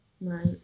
Right